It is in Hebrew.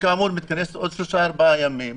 שכאמור מתכנסת בעוד שלושה-ארבעה ימים,